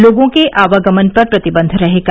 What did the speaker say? लोगों के आवागमन पर प्रतिबन्ध रहेगा